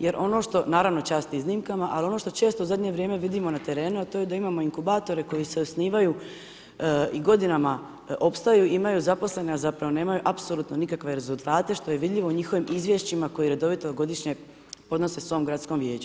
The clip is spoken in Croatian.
Jer ono što, naravno čast iznimkama, ali ono što često u zadnje vrijeme vidimo na terenu, a to je da imamo inkubatore koji se osnivaju i godinama opstaju imaju zaposlene, zapravo nemaju apsolutno nikakve rezultate što je vidljivo u njihovim izvješćima koje redovito godišnje podnose svog gradskom vijeću.